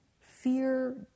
Fear